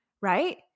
right